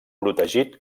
protegit